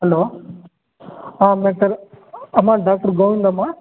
hello ಹಾಂ sir ಅಮ್ಮ doctor Govindamma